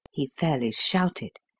he fairly shouted.